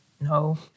no